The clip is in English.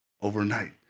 overnight